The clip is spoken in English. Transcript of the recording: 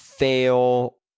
fail